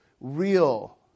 real